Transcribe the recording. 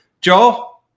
Joel